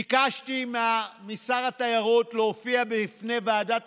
ביקשתי משר התיירות להופיע בפני ועדת